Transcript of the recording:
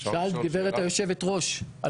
שאלת גברת יושבת הראש.